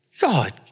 God